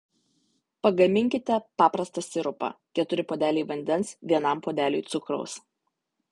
pagaminkite paprastą sirupą keturi puodeliai vandens vienam puodeliui cukraus